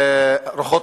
רוחות